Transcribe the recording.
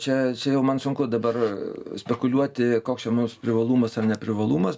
čia čia jau man sunku dabar spekuliuoti koks čia mums privalumas ar ne privalumas